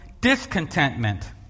discontentment